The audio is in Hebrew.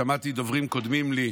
ושמעתי דוברים קודמים לי,